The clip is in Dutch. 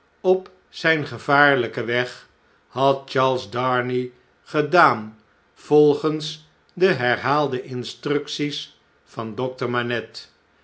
op zjjn gevaarlpen weg had charles darnay gedaan volgens deherhaalde instructies van dokter manette